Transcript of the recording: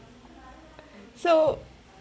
so